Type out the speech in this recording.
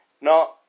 No